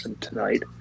tonight